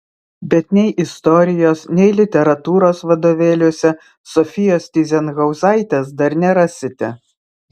bet nei istorijos nei literatūros vadovėliuose sofijos tyzenhauzaitės dar nerasite